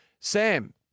Sam